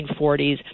1940s